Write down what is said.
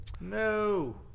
No